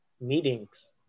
meetings